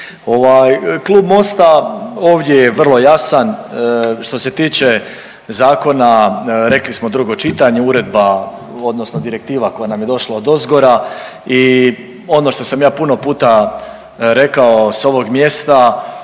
klub Mosta ovdje je vrlo jasan što se tiče zakona rekli smo drugo čitanje, uredba odnosno direktiva koja nam je došla odozgora i ono što sam ja puno puta rekao s ovog mjesta